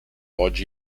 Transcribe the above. oggi